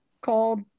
called